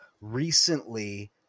recently